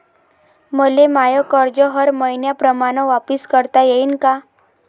मले माय कर्ज हर मईन्याप्रमाणं वापिस करता येईन का?